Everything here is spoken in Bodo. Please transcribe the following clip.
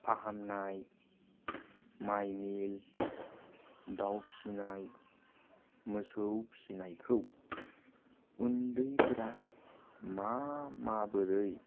फाहामनाय माइ मिल दाव फिसिनाय मोसौ फिसिनायखौ उन्दैफोरा मा माबोरै